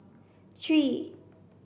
three